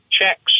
checks